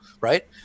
right